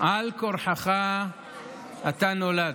על כורחך אתה נולד.